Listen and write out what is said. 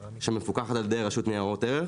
ואני ארחיב טיפה על התחום.